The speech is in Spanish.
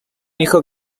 hijo